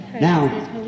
Now